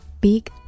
big